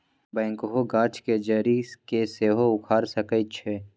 backhoe गाछ के जड़ी के सेहो उखाड़ सकइ छै